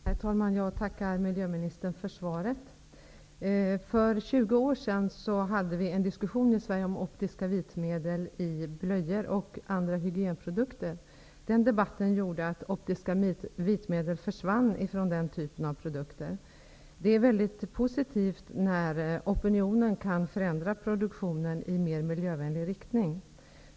Herr talman! Jag tackar miljöministern för svaret. För 20 år sedan hade vi en diskussion i Sverige om optiska vitmedel i blöjor och andra hygienprodukter. Den debatten gjorde att optiska vitmedel försvann från den typen av produkter. Det är väldigt positivt när opinionen kan förändra produktionen i en mer miljövänlig riktning.